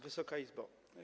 Wysoka Izbo!